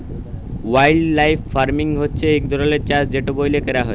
wildlife farming হছে ইক ধরলের চাষ যেট ব্যইলে ক্যরা হ্যয়